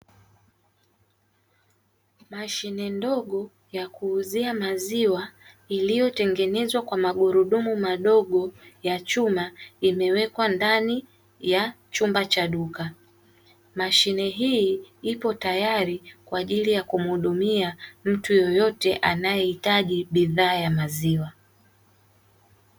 Mashine ndogo ya kuuzia maziwa iliyotengenezwa kwa magurudumu madogo, ya chuma imewekwa ndani ya chumba cha duka. Mashine hii ipo tayari kwa ajili ya kumhudumia mtu yeyote anayehitaji bidhaa ya maziwa.